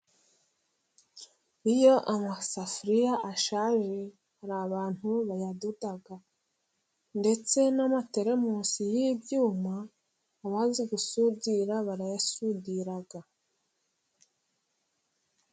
Iyo amasafuriya ashaje, hari abantu bayadoda ndetse n'amateremusi y'ibyuma, abazi gusudira barayasudira.